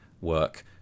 work